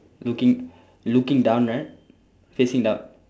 looking looking down right facing down